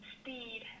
speed